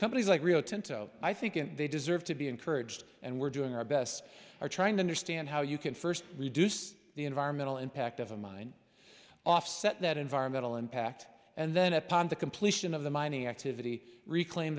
companies like rio tinto i think and they deserve to be encouraged and we're doing our best are trying to understand how you can first reduce the environmental impact of a mine offset that environmental impact and then upon the completion of the mining activity reclaim